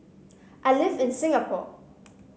I live in Singapore